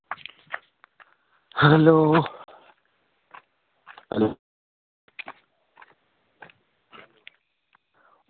hello